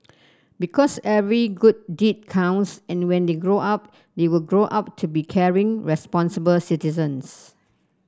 because every good deed counts and when they grow up they will grow up to be caring responsible citizens